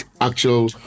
actual